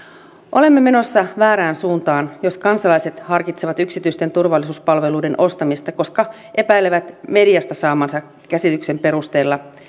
olemme menossa väärään suuntaan jos kansalaiset harkitsevat yksityisten turvallisuuspalveluiden ostamista koska epäilevät mediasta saamansa käsityksen perusteella